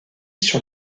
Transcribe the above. sur